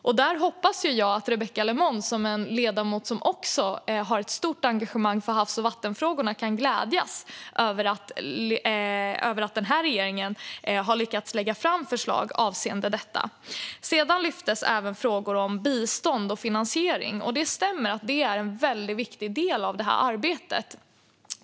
Jag hoppas att Rebecka Le Moine, en ledamot som också har ett stort engagemang för havs och vattenfrågorna, kan glädjas över att den här regeringen har lyckats lägga fram förslag avseende detta. Sedan lyftes även frågor om bistånd och finansiering. Det stämmer att det är en väldigt viktig del av detta arbete.